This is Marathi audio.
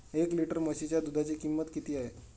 एक लिटर म्हशीच्या दुधाची किंमत किती आहे?